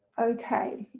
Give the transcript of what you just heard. okay,